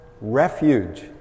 refuge